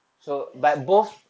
there's